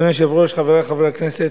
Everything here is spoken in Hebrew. אדוני היושב-ראש, חברי חברי הכנסת,